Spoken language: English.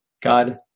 God